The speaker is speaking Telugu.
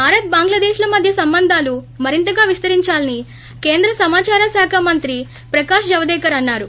భారత్ బంగ్లదేశ్ల మధ్య సంబంధాలు మరింతగా విస్తరించాలని కేంద్ర సమాచార సఖ మంత్రి ప్రకాష్ జవదేకర్ అన్నారు